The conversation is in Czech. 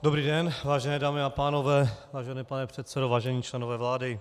Dobrý den, vážené dámy a pánové, vážený pane předsedo, vážení členové vlády.